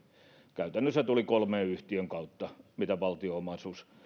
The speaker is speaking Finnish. käytännössä se tuli kolmen yhtiön kautta mitä valtion omaisuus